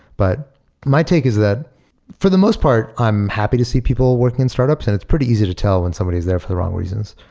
but my take is that for the most part, i'm happy to see people working on startups, and it's pretty easy to tell when somebody is there for the wrong reasons.